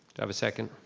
have a second?